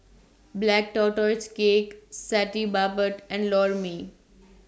Black Tortoise Cake Satay Babat and Lor Mee